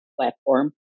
platform